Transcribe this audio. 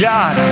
God